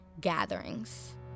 gatherings